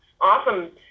Awesome